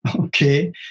Okay